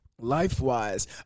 Life-wise